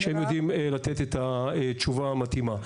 שהם יודעים לתת את התשובה המתאימה.